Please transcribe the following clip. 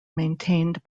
maintained